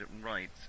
right